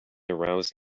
arouse